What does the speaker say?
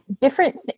different